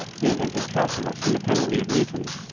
he invented calculus independently of newton,